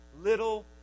little